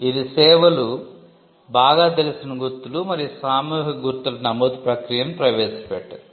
ఇది 'సేవలు' బాగా తెలిసిన గుర్తులు మరియు సామూహిక గుర్తుల నమోదు ప్రక్రియను ప్రవేశపెట్టింది